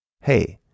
hey